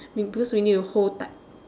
we because we need to hold tight